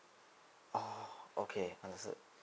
oh okay understood